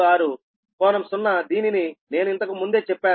956∟0 దీనిని నేను ఇంతకు ముందే చెప్పాను